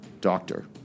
Doctor